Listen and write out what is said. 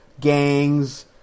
gangs